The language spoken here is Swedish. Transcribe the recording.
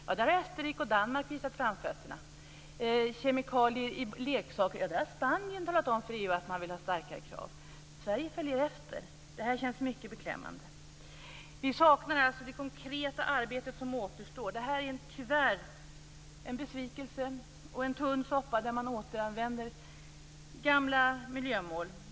Där har Österrike och Danmark visat framfötterna. När det gäller kemikalier i leksaker har Spanien talat om för EU att man vill ha starkare krav. Sverige följer efter. Det känns mycket beklämmande. Vi saknar alltså det konkreta arbete som återstår. Det här är tyvärr en besvikelse. Det är en tunn soppa där man återanvänder gamla miljömål.